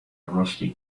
rusty